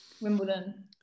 Wimbledon